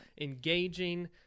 engaging